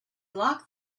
locked